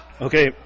Okay